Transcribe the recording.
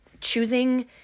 choosing